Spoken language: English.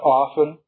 often